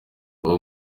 uwo